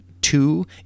Two